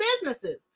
businesses